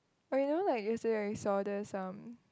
okay you know like yesterday I saw there some